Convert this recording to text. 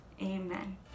amen